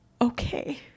okay